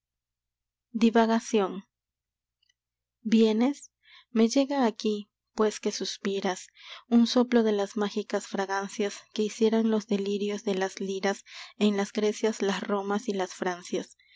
divagación vienes me llega aquí pues que suspiras un soplo de las mágicas fragancias que hicieran los delirios de las liras en las grecias las romas y las francias